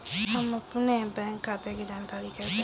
हम अपने बैंक खाते की जानकारी कैसे लें?